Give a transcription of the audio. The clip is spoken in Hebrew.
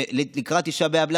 לקראת תשעה באב,